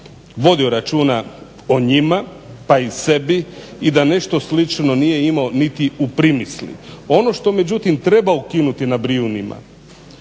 vodio računa o njima, pa i sebi i da nešto slično nije imao niti u primisli. Ono što međutim treba ukinuti na Brijunima,